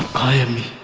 i am